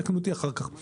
תקנו אותי אחר כך.